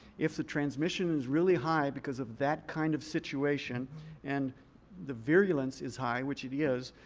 if the transmission is really high because of that kind of situation and the virulence is high, which it is,